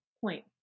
point